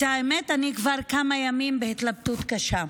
האמת, אני כבר כמה ימים בהתלבטות קשה.